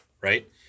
right